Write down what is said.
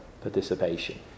participation